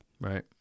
Right